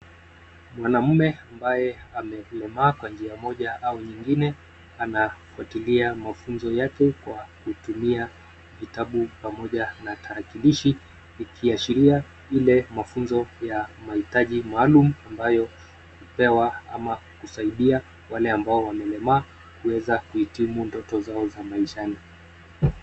Mwanaume ambaye amelemaa kwa njia moja au nyingine anafuatilia mafunzo yake kwa kutumia vitabu pamoja na tarakilishi, ikiashiria Ile mafunzo ya mahitaji maalum ambayo hupewa ama kusaidia wale ambao wamelemaa kuweza kuhitimu ndoto zao za maishani.